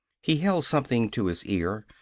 he held something to his ear.